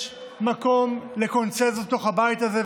יש מקום לקונסנזוס בתוך הבית הזה,